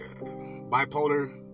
bipolar